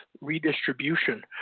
redistribution